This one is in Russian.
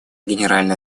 генеральной